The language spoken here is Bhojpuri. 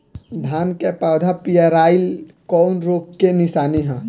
धान के पौधा पियराईल कौन रोग के निशानि ह?